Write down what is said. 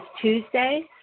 Tuesday